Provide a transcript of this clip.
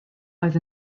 oedd